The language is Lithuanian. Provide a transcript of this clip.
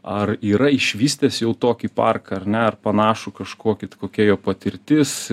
ar yra išvystęs jau tokį parką ar ne ar panašų kažkokį t kokia jo patirtis